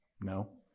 No